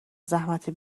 زحمت